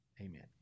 Amen